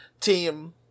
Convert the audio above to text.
team